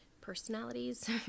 personalities